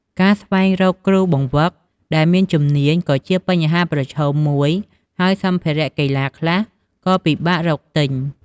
ការស្វែងរកគ្រូបង្វឹកដែលមានជំនាញក៏ជាបញ្ហាប្រឈមមួយ ហើយសម្ភារៈកីឡាខ្លះក៏ពិបាករកទិញ។